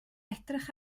edrych